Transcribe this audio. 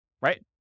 right